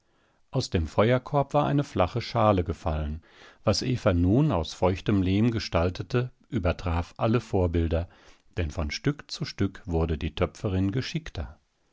aus dem feuerkorb war eine flache schale gefallen was eva nun aus feuchtem lehm gestaltete übertraf alle vorbilder denn von stück zu stück wurde die töpferin geschickter